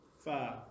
five